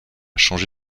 changé